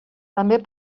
també